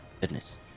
Goodness